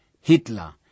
Hitler